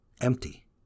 empty